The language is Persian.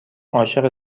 عاشق